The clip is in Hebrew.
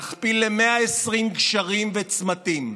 נכפיל ל-120 גשרים וצמתים,